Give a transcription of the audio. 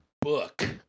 book